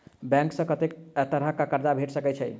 Bank सऽ कत्तेक तरह कऽ कर्जा भेट सकय छई?